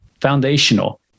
foundational